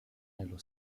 nello